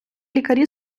лікарі